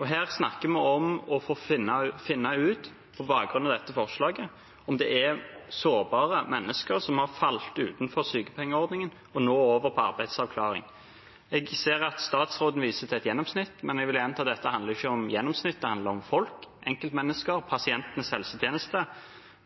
Her snakker vi om – på bakgrunn av dette forslaget – å finne ut om det er sårbare mennesker som har falt utenfor sykepengeordningen, og som nå er kommet over på arbeidsavklaringspenger. Jeg ser at statsråden viser til et gjennomsnitt, men jeg vil gjenta at dette ikke handler om gjennomsnitt, men om folk, enkeltmennesker, pasientenes helsetjeneste